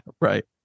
Right